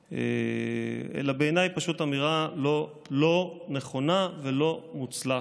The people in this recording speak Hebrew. אלא בעיניי פשוט אמירה לא נכונה ולא מוצלחת.